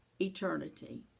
eternity